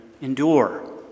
endure